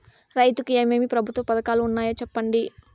రైతుకు ఏమేమి ప్రభుత్వ పథకాలు ఉన్నాయో సెప్పండి?